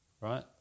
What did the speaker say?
right